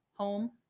home